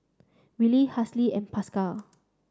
Willy Halsey and Pascal